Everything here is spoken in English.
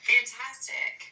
Fantastic